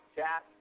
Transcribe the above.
Chat